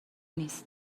نیست